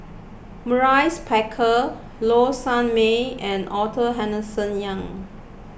Maurice Baker Low Sanmay and Arthur Henderson Young